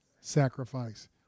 sacrifice